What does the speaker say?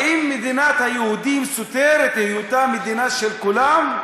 והאם מדינת היהודים סותרת את היותה מדינה של כולם?